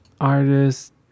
artist